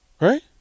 Right